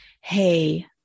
Hey